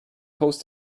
post